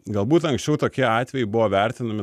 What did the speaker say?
galbūt anksčiau tokie atvejai buvo vertinami